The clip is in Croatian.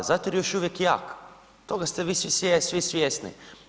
Zato jer je još uvijek jak, toga ste vi svi svjesni.